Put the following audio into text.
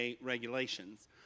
regulations